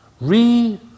re-